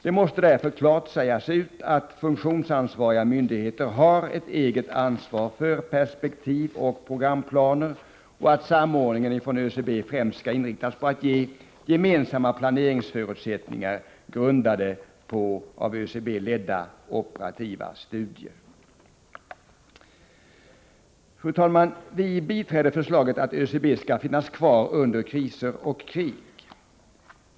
Det måste därför klart sägas ut att funktionsansvariga myndigheter har ett eget ansvar för perspektivoch programplaner och att samordningen inom ÖCB främst skall inriktas på att ge gemensamma planeringsförutsättningar, grundade på av ÖCB ledda operativa studier. Fru talman! Vi biträder förslaget att ÖCB skall finnas kvar under kriser och krig.